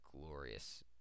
glorious